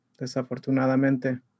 desafortunadamente